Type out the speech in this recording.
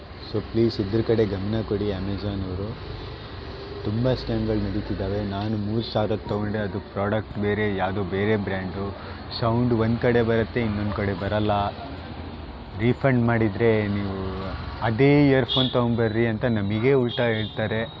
so please ಇದ್ರ ಕಡೆ ಗಮನ ಕೊಡಿ ಅಮೆಝಾನವರು ತುಂಬ ಸ್ಕ್ಯಾಮ್ಗಳು ನಡೀತಿದ್ದಾವೆ ನಾನು ಮೂರು ಸಾವಿರದ್ದು ತೊಗೊಂಡೆ ಅದು ಪ್ರಾಡಕ್ಟ್ ಬೇರೆ ಯಾವ್ದೋ ಬೇರೆ ಬ್ರಾಂಡು ಸೌಂಡು ಒಂದುಕಡೆ ಬರುತ್ತೆ ಇನ್ನೊಂದುಕಡೆ ಬರೋಲ್ಲ ರೀಫಂಡ್ ಮಾಡಿದರೆ ನೀವು ಅದೇ ಇಯರ್ ಫೋನ್ ತೊಗೊಂಬರ್ರೀ ಅಂತ ನಮಗೇ ಉಲ್ಟಾ ಹೇಳ್ತಾರೆ